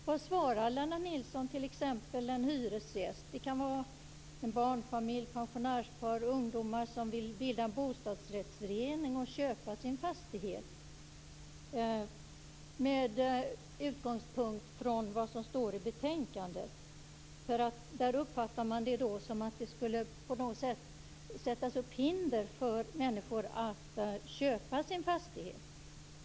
Vad svarar Lennart Nilsson med utgångspunkt från betänkandet en hyresgäst - det kan röra sig om en barnfamilj, ett pensionspar eller ungdomar - som vill köpa sin fastighet och bilda bostadsrättsförening? I betänkandet uppfattar man det så att det skulle sättas upp hinder för människor att köpa sin fastighet.